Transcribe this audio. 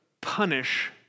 punish